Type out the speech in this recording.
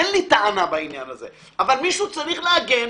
אין לי טענה בעניין הזה, אבל מישהו צריך להגן